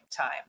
time